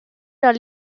dal